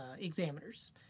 examiners